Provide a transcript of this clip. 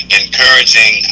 encouraging